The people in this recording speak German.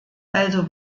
also